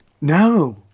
No